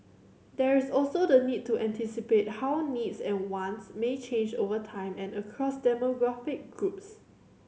there is also the need to anticipate how needs and wants may change over time and across demographic groups